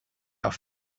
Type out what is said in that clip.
off